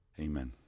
Amen